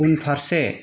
उनफारसे